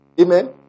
Amen